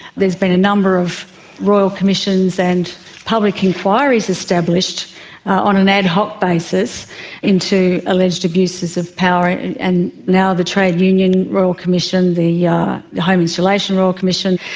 there has been a number of royal commissions and public enquiries established on an ad hoc basis into alleged abuses of power, and and now the trade union royal commission, the yeah the home insulation royal commission,